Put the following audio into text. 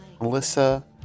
Melissa